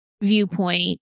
viewpoint